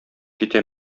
китә